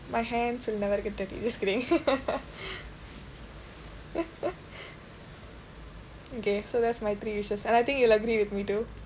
my hands will never get dirty just kidding okay so that's my three wishes and I think you'll agree with me too